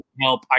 help